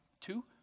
two